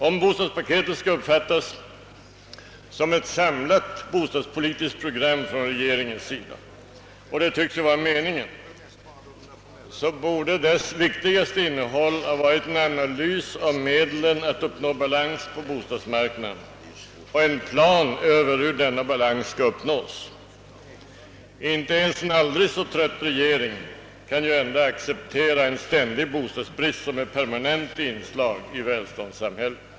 Om bostadspaketet skall uppfattas som ett samlat bostadspolitiskt program från regeringens sida — och det tycks vara meningen — så borde dess viktigaste innehåll ha varit en analys av medlen att uppnå balans på bostadsmarknaden och en plan över hur denna balans skall uppnås. Inte ens en aldrig så trött regering kan ändå acceptera en ständig bostadsbrist som ett permanent inslag i välståndssamhället.